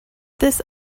this